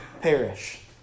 perish